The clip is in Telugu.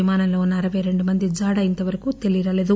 విమానంలో ఉన్న అరవై రెండు మంది జాడ ఇంతవరకు తెలియరాలేదు